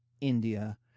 India